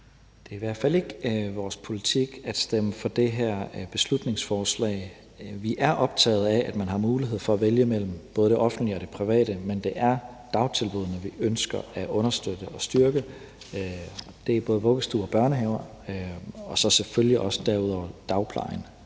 Det er i hvert fald ikke vores politik at stemme for det her beslutningsforslag. Vi er optaget af, at man har mulighed for at vælge mellem både det offentlige og det private, men det er dagtilbuddene, vi ønsker at understøtte og styrke. Det er både vuggestuer og børnehaver, og så derudover selvfølgelig også dagplejen,